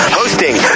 hosting